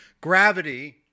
Gravity